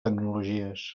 tecnologies